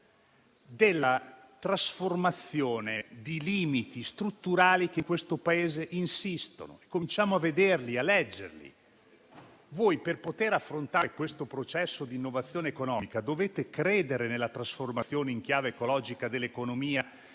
della trasformazione di limiti strutturali che in questo Paese insistono. Cominciamo a vederli, a leggerli: per poter affrontare questo processo di innovazione economica, dovete credere nella trasformazione in chiave ecologica dell'economia